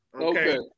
Okay